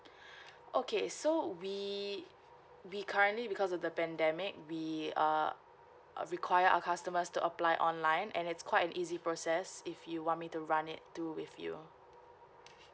okay so we we currently because of the pandemic we err uh require our customers to apply online and it's quite an easy process if you want me to run it through with you